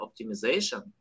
optimization